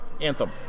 Anthem